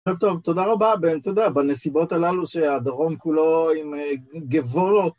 ערב טוב, תודה רבה בן, תודה, בנסיבות הללו שהדרום כולו עם גבו...